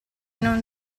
non